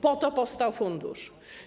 Po to powstał fundusz.